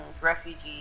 refugees